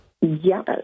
Yes